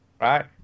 Right